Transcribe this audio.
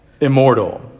immortal